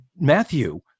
Matthew